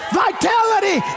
vitality